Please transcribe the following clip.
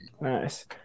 Nice